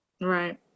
Right